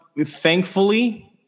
thankfully